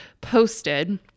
posted